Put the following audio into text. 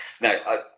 No